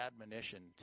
admonition